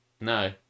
No